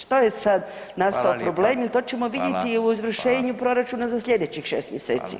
Što je sad nastao problem jer to ćemo vidjeti i u izvršenju proračuna za slijedećih 6 mjeseci?